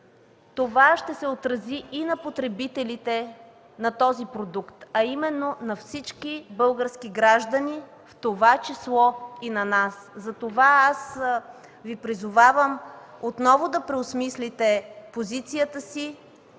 това ще се отрази и на потребителите на този продукт, а именно на всички български граждани, в това число и на нас. Затова аз Ви призовавам отново да преосмислите позицията си